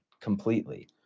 completely